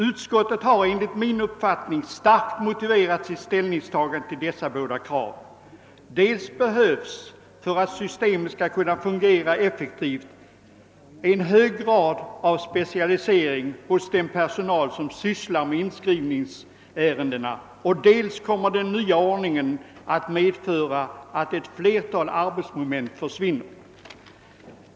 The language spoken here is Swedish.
Utskottet har enligt min mening starkt motiverat sitt ställningstagande till dessa båda krav. För att systemet skall kunna fungera effektivt behövs dels en hög grad av specialisering hos den personal som sysslar med inskrivningsärendena, dels kommer den nya ordningen att medföra att ett flertal arbetsmoment försvinner.